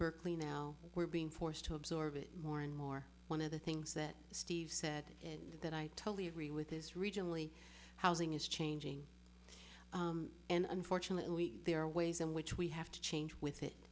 berkeley now being forced to absorb it more and more one of the things that steve said that i totally agree with is regionally housing is changing and unfortunately there are ways in which we have to change with it